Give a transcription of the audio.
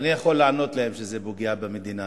ואני יכול לענות להם שזה פוגע במדינה,